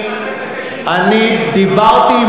מיקי,